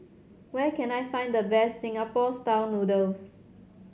where can I find the best Singapore Style Noodles